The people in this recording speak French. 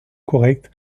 correcte